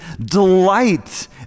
delight